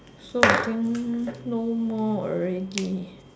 so I think no more already